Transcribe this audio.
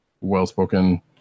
well-spoken